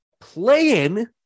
playing